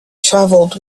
travelled